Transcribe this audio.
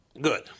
Good